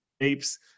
apes